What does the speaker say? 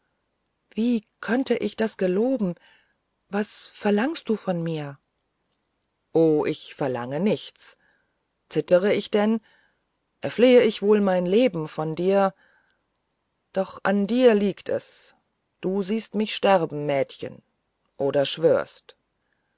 wie könnte ich das geloben was verlangst du von mir o ich verlange nichts zittere ich denn erflehe ich wohl mein leben von dir doch an dir liegt es du siehst mich sterben mädchen oder schwörst